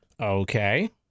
okay